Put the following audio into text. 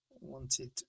wanted